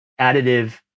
additive